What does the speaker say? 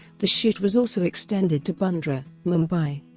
the shoot was also extended to bandra, mumbai.